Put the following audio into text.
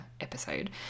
episode